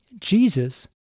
Jesus